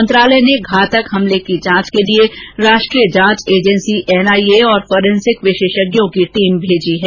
मंत्रालय ने घातक हमर्ल की जांच के लिये राष्ट्रीय जांच एजेंसी एनआईए और फॉरेंसिक विशेषज्ञों की टीम भेजी है